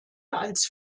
als